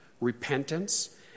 repentance